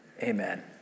Amen